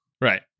Right